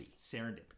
Serendipity